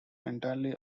entirely